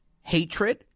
hatred